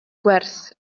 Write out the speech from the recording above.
gwerth